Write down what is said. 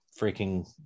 freaking